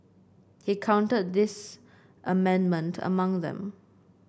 he counted this amendment among them